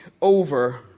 over